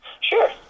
Sure